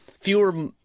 fewer